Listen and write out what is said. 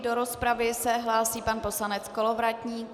Do rozpravy se hlásí pan poslanec Kolovratník.